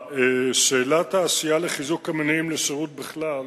שאלת העשייה לחיזוק המניעים לשירות בכלל,